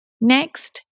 Next